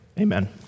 amen